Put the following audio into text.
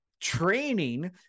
training